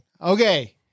Okay